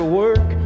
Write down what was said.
work